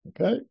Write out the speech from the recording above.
Okay